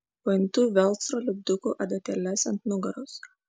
pajuntu velcro lipdukų adatėles ant nugaros